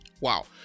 Wow